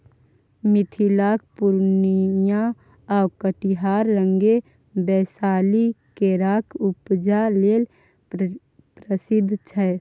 मिथिलाक पुर्णियाँ आ कटिहार संगे बैशाली केराक उपजा लेल प्रसिद्ध छै